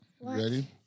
ready